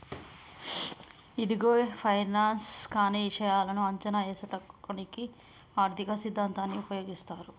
ఇదిగో గీ ఫైనాన్స్ కానీ ఇషాయాలను అంచనా ఏసుటానికి ఆర్థిక సిద్ధాంతాన్ని ఉపయోగిస్తారు